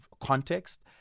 context